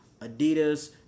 Adidas